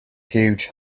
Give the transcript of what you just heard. huge